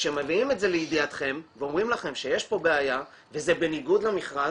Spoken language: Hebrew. וכשמביאים את זה לידיעתכם ואומרים לכם שיש פה בעיה וזה בניגוד למכרז,